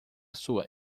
sua